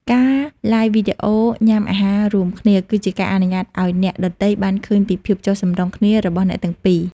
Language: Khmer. ការ Live វីដេអូញ៉ាំអាហាររួមគ្នា គឺជាការអនុញ្ញាតឱ្យអ្នកដទៃបានឃើញពីភាពចុះសម្រុងគ្នារបស់អ្នកទាំងពីរ។